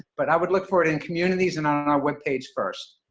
but i would look for it in communities and on our webpage first.